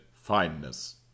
fineness